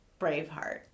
Braveheart